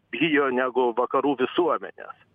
bijo negu vakarų visuomenės